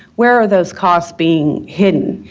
where are those costs being hidden?